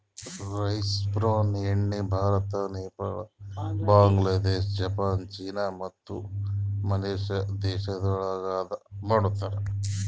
rice bran ಎಣ್ಣಿ Bharat, Nepal, Bangladesh, Japan, China ಮತ್ತ Malaysia ದೇಶಗೊಳ್ದಾಗ್ ಮಾಡ್ತಾರ್